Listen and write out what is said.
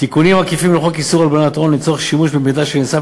תיקונים עקיפים לחוק איסור הלבנת הון לצורך שימוש במידע שנאסף